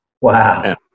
Wow